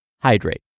hydrate